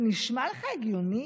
זה נשמע לך הגיוני?